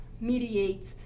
mediates